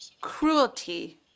cruelty